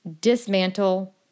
dismantle